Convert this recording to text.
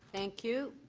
thank you.